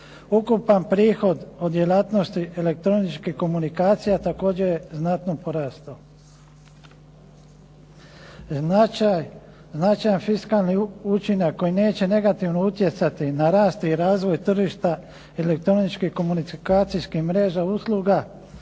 Ukupan prihod od djelatnosti elektroničkih komunikacija također je znatno porastao. Značajan fiskalni učinak koji neće negativno utjecati na rast i razvoj tržišta elektroničkih komunikacijskih mreža i usluga